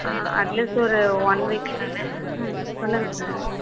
at least ஒரு one week ம் சொல்லுங்கள் சார்